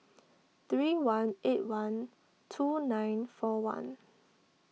three one eight one two nine four one